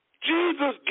Jesus